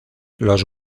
los